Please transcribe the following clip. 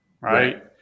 Right